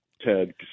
Ted